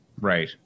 Right